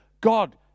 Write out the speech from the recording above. God